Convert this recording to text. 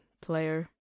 player